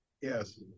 Yes